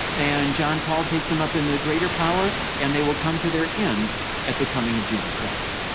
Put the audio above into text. and john paul takes him up in the greater power, and they will come to their end at the coming of jesus christ.